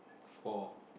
four